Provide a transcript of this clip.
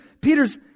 Peter's